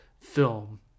film